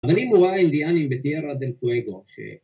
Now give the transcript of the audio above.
‫אבל אם הוא ראה אינדיאני ב-Tierra del Fuego ש...